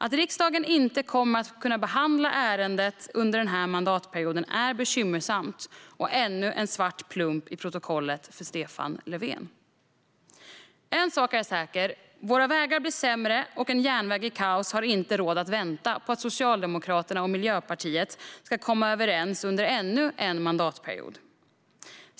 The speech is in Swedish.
Att riksdagen inte kommer att kunna behandla ärendet under denna mandatperiod är bekymmersamt och ännu en svart plump i protokollet för Stefan Löfven. En sak är säker: Våra vägar som blir sämre och en järnväg i kaos har inte råd att vänta på att Socialdemokraterna och Miljöpartiet ska komma överens under ännu en mandatperiod.